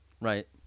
Right